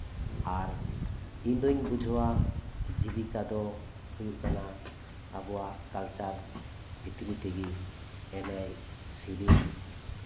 ᱟᱨ ᱤᱧ ᱫᱩᱧ ᱵᱩᱡᱷᱟᱹᱣᱟ ᱡᱤᱵᱤᱠᱟ ᱫᱚ ᱦᱩᱭᱩᱜ ᱠᱟᱱᱟ ᱟᱵᱚᱣᱟᱜ ᱠᱟᱞᱪᱟᱨ ᱵᱷᱤᱛᱨᱤ ᱛᱮᱜᱮ ᱮᱱᱮᱡ ᱥᱮᱨᱮᱧ